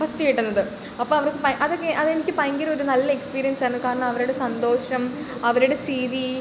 first കിട്ടുന്നത് അപ്പോൾ അവർക്ക് ഭ അതൊക്കെ അതെനിക്ക് ഭയങ്കര ഒരു നല്ല എക്സ്പീരിയൻസ് ആയിരുന്നു കാരണം അവരുടെ സന്തോഷം അവരുടെ ചിരി